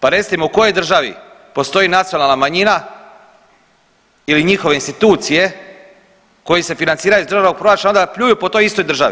Pa recite mi u kojoj državi postoji nacionalna manjina ili njihove institucije koje se financiraju iz državnog proračuna, a onda pljuju po toj istoj državi?